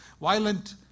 Violent